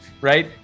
Right